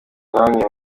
bamwe